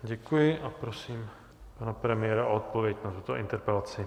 Děkuji a prosím pana premiéra o odpověď na tuto interpelaci.